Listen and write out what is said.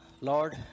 Lord